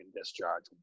discharge